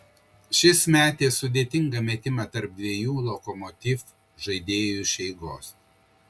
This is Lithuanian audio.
šis metė sudėtingą metimą tarp dviejų lokomotiv žaidėjų iš eigos